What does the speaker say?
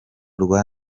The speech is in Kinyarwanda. rwa